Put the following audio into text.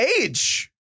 age